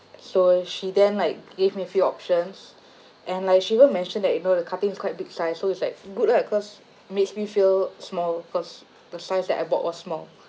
so she then like gave me a few options and like she even mentioned that you know the cutting is quite big size so it's like good lah cause makes me feel small cause the size that I bought was small